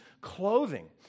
clothing